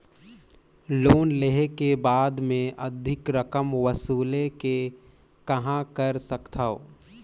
Loan लेहे के बाद मे अधिक रकम वसूले के कहां कर सकथव?